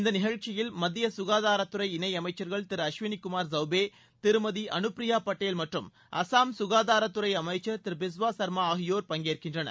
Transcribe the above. இந்த நிகழ்ச்சியில் மத்திய சுகாதாரத்துறை இணையமைச்சர்கள் திரு அஸ்வினி குமார் சௌபே திருமதி அனுப்பிரியா பட்டேல் மற்றும் அசாம் சுகாதாரத்துறை அமைச்சர் திரு பிஸ்வா சர்மா ஆகியோர் பங்கேற்கின்றனர்